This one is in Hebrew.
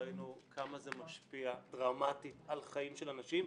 ראינו כמה זה משפיע דרמטית על חיים של אנשים,